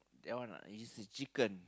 that one lah it is a chicken